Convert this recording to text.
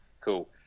Cool